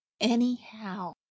anyhow